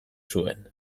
zuen